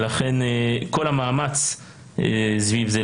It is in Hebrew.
ולכן כל המאמץ סביב זה.